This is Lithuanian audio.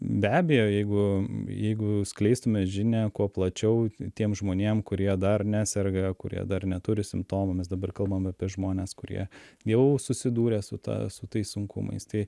be abejo jeigu jeigu skleistume žinią kuo plačiau tiem žmonėm kurie dar neserga kurie dar neturi simptomų mes dabar kalbam apie žmones kurie jau susidūrė su ta su tais sunkumais tai